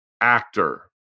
actor